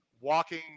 walking